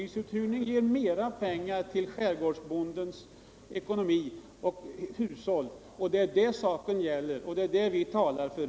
Det ger mera pengar till skärgårdsbondens ekonomi och hushåll. Det är det som saken gäller och som vi talar om.